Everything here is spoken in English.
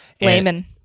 Layman